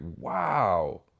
wow